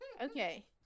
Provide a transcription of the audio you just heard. Okay